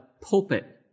pulpit